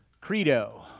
credo